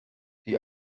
die